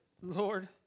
Lord